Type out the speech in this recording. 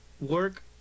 work